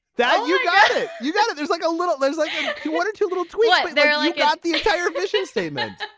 that you got it you got it there's like a little it looks like yeah you wanted to go twice there. like got the entire vision statement